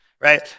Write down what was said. Right